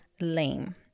lame